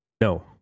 No